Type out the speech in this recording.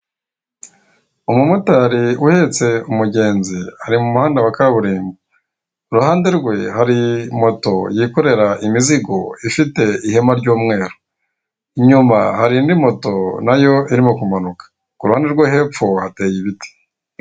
Umumotari uhetse umugenzi ari mu muhanda wa kaburimbo, iruhande rwe hari moto yikorere imizigo ifite ihema ry'umweru. Inyuma hari indi moto nayo irimo kumanuka ku ruhande rwo hepfo hateye ibiti.